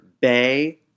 Bay